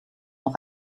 auch